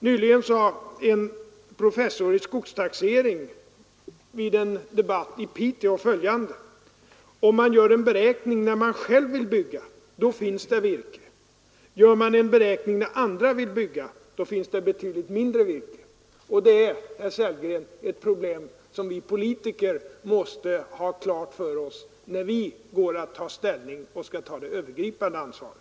Nyligen sade en professor i skogstaxering vid en debatt i Piteå följande: Om man gör en beräkning när man själv vill bygga, då finns det virke. Gör man en beräkning när andra vill bygga, då finns det betydligt mindre virke. Det är, herr Sellgren, ett problem som vi politiker måste ha klart för oss när vi går att ta ställning och skall ta det övergripande ansvaret.